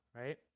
right